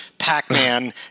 Pac-Man